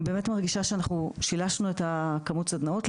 אני באמת מרגישה ששילשנו את כמות הסדנאות,